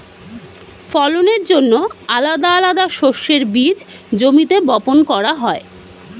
ফলনের জন্যে আলাদা আলাদা শস্যের বীজ জমিতে বপন করা হয়